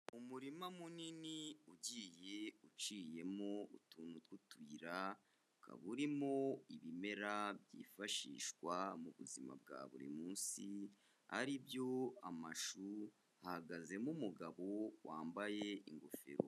Umurima munini ugiye uciyemo utuntu tw'utuyira, ukaba urimo ibimera byifashishwa mu buzima bwa buri munsi, ari byo amashu, hahagazemo umugabo wambaye ingofero.